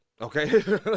okay